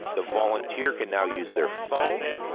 the volunteer can now use their phone,